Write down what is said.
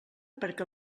perquè